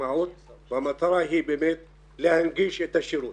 האימהות והמטרה היא באמת להנגיש את השירות.